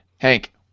Hank